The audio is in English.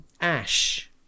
ash